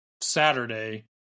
Saturday